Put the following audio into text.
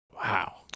Wow